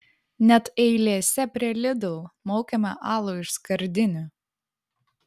net eilėse prie lidl maukiame alų iš skardinių